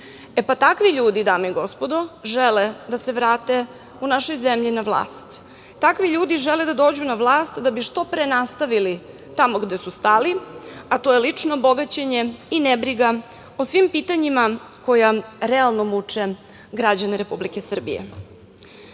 ništa. Takvi ljudi, dame i gospodo, žele da se vrate u našoj zemlji na vlast. Takvi ljudi žele da dođu na vlast da bi što pre nastavili tamo gde su stali, a to je lično bogaćenje i nebriga o svim pitanjima koja realno muče građane Republike Srbije.Za